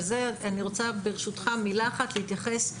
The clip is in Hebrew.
וזה אני רוצה ברשותך מילה אחת להתייחס.